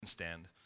stand